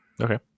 okay